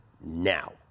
now